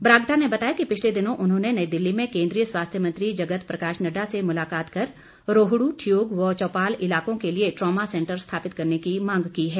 बरागटा ने बताया कि पिछले दिनों उन्होंने नई दिल्ली में केंद्रीय स्वास्थ्य मंत्री जगत प्रकाश नड्डा से मुलाकात कर रोहडू ठियोग व चौपाल इलाकों के लिए ट्रॉमा सेंटर स्थापित करने की मांग की है